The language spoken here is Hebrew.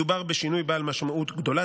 מדובר בשינוי בעל משמעות גדולה,